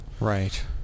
Right